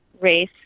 race